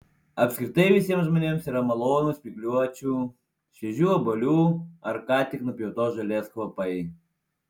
apskritai visiems žmonėms yra malonūs spygliuočių šviežių obuolių ar ką tik nupjautos žolės kvapai